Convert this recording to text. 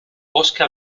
bosque